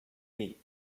meat